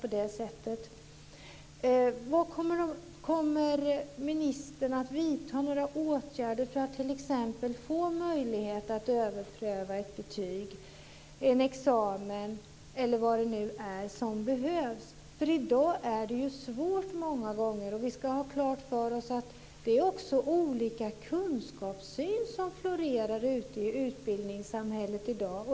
Vad kommer ministern att vidta för åtgärder för att det t.ex. ska bli möjligt att överpröva ett betyg, en examen eller vad det nu är som behövs? I dag är det många gånger svårt. Vi ska ha klart för oss att det är olika kunskapssyn som florerar i utbildningssamhället i dag.